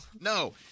No